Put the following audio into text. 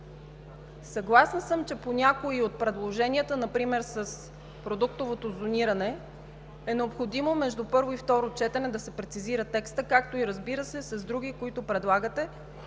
Съгласна съм, че по някои от предложенията, например с продуктовото зониране, е необходимо между първо и второ четене да се прецизира текстът, разбира се, и с други, които предлагате,